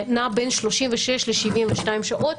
שנע בין 36 ל-72 שעות.